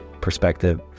perspective